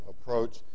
approach